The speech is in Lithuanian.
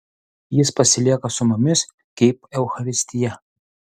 jis pasilieka su mumis kaip eucharistija